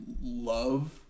love